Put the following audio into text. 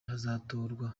hazatorwa